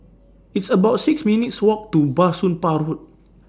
It's about six minutes' Walk to Bah Soon Pah Hood